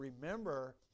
remember